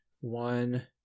One